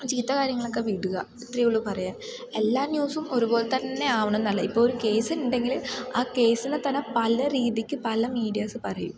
ചീത്ത കാര്യങ്ങളൊക്കെ വിടുക ഇത്രയേയുള്ളു പറയാൻ എല്ലാ ന്യൂസും ഒരുപോലെ തന്നെ ആകണമെന്നല്ല ഇപ്പോൾ ഒരു കേസ് ഉണ്ടെങ്കിൽ ആ കേസിനെ തന്നെ പല രീതിക്ക് പല മീഡിയാസ് പറയും